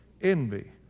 Envy